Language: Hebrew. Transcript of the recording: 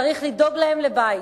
צריך לדאוג להם לבית.